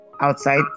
Outside